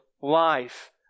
life